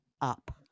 up